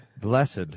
Blessed